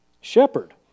Shepherd